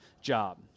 job